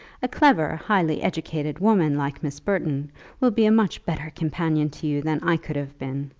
a clever, highly-educated woman like miss burton will be a much better companion to you than i could have been.